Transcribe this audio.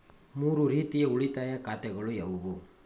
ಮೂರು ರೀತಿಯ ಉಳಿತಾಯ ಖಾತೆಗಳು ಯಾವುವು?